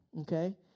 okay